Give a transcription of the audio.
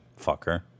Fucker